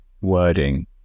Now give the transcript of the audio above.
wording